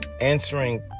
answering